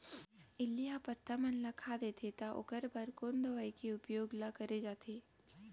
इल्ली ह पत्ता मन ला खाता देथे त ओखर बर कोन दवई के उपयोग ल करे जाथे?